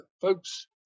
folks